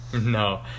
no